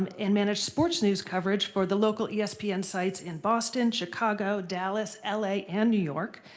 and and managed sports news coverage for the local espn sites in boston, chicago, dallas, la, and new york.